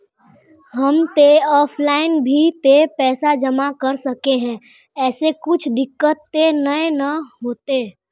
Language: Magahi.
हम ते ऑफलाइन भी ते पैसा जमा कर सके है ऐमे कुछ दिक्कत ते नय न होते?